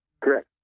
Correct